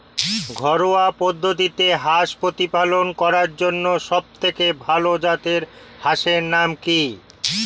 ঘরোয়া পদ্ধতিতে হাঁস প্রতিপালন করার জন্য সবথেকে ভাল জাতের হাঁসের নাম কি?